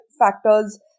factors